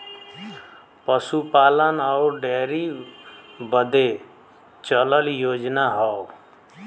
पसूपालन अउर डेअरी बदे चलल योजना हौ